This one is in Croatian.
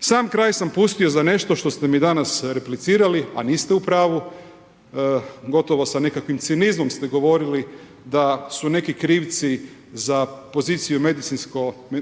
Sam kraj sam pustio za nešto što ste mi danas replicirali, a niste u pravu, gotovo sa nekakvim cinizmom ste govorili da su neki krivci za poziciju